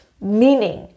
meaning